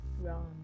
wrong